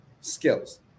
skills